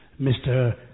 Mr